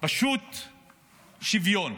פשוט שוויון.